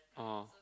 orh